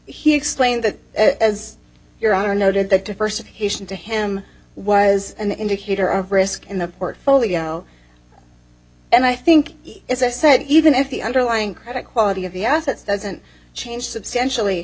he explained that as your honor noted that diversification to him was an indicator of risk in the portfolio and i think as i said even if the underlying credit quality of the assets doesn't change substantially